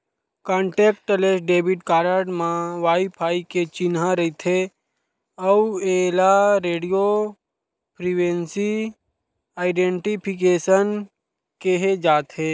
contactless debit card म wifi के चिन्हा रहिथे अउ एला रेडियो फ्रिवेंसी आइडेंटिफिकेसन केहे जाथे